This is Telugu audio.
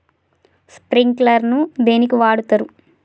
స్ప్రింక్లర్ ను దేనికి వాడుతరు?